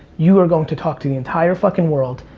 you are going to talk to the entire fucking world.